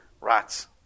Rats